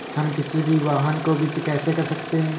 हम किसी भी वाहन को वित्त कैसे कर सकते हैं?